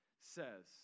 says